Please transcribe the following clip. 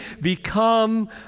become